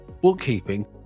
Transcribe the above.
bookkeeping